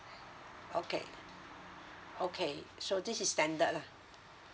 okay okay so this is standard lah